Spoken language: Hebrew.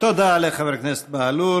תודה לחבר הכנסת בהלול.